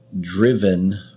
driven